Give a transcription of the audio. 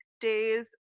days